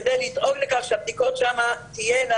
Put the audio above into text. כדי לדאוג לכך שהבדיקות שם תהיינה